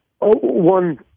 One